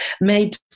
made